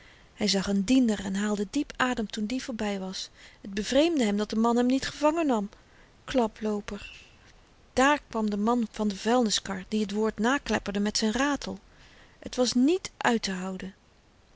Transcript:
hy zag n diender en haalde diep adem toen die voorby was t bevreemdde hem dat de man hem niet gevangen nam klaplooper daar kwam de man van de vuilniskar die t woord naklepperde met z'n ratel t was niet uittehouden